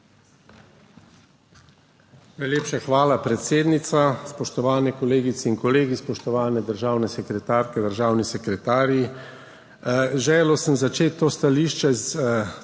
Najlepša hvala, predsednica. Spoštovane kolegice in kolegi, spoštovane državne sekretarke, državni sekretarji! Želel sem začeti to stališče s